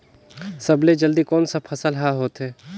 सबले जल्दी कोन सा फसल ह होथे?